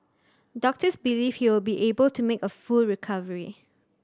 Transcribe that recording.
doctors believe he will be able to make a full recovery